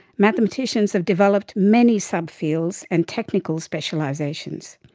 mathematicians have developed many subfields and technical specialisations.